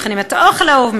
מכינים לך את האוכל האהוב,